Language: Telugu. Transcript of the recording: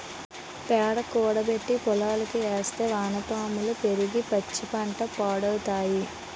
పేడ కూడబెట్టి పోలంకి ఏస్తే వానపాములు పెరిగి మంచిపంట పండుతాయి